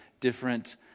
different